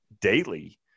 daily